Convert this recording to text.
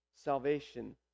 salvation